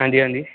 ਹਾਂਜੀ ਹਾਂਜੀ